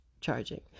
charging